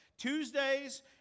Tuesdays